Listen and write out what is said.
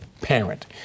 parent